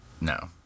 no